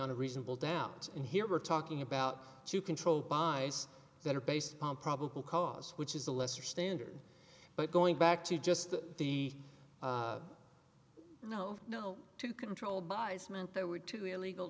a reasonable doubt and here we're talking about to control by that are based upon probable cause which is the lesser standard but going back to just the no no to controlled buys meant there were two illegal